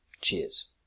Cheers